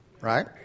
right